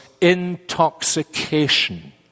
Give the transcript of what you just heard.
intoxication